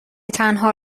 تنها